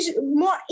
more